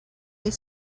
meet